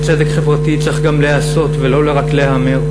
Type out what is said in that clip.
אך צדק חברתי צריך גם להיעשות ולא רק להיאמר,